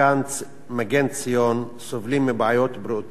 "מגן ציון" סובלים מבעיות בריאותיות קשות.